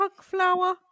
flower